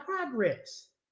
progress